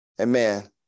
Amen